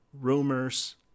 rumors